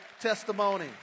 testimony